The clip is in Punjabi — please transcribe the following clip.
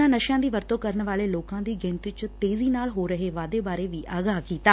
ਉਨ੍ਹਾਂ ਨਸ਼ਿਆਂ ਦੀ ਵਰਤੋਂ ਕਰਨ ਵਾਲੇ ਲੋਕਾਂ ਦੀ ਗਿਣਤੀ ਚ ਤੇਜ਼ੀ ਨਾਲ ਹੋ ਰਹੇ ਵਾਧੇ ਬਾਰੇ ਵੀ ਆਗਾਹ ਕੀਤਾ